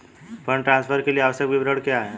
Fund transfer के लिए आवश्यक विवरण क्या हैं?